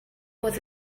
was